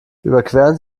überqueren